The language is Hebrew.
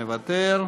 מוותר,